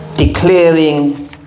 Declaring